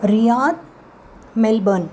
Riyadh Melbourne